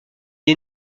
est